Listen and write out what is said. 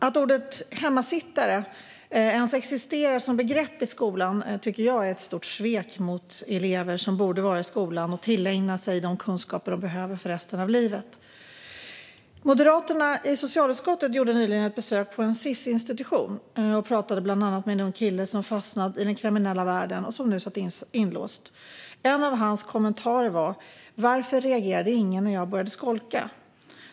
Att ordet hemmasittare ens existerar som begrepp i skolan tycker jag är ett stort svek mot elever som borde vara i skolan och tillägna sig de kunskaper de behöver för resten av livet. Moderaterna i socialutskottet gjorde nyligen ett besök på en Sis-institution och pratade bland annat med en ung kille som fastnat i den kriminella världen och nu satt inlåst. En av hans kommentarer var: "Varför reagerade ingen när jag började skolka?"